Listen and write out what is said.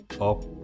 up